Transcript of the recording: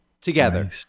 Together